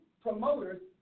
promoters